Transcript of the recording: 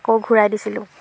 আকৌ ঘূৰাই দিছিলোঁ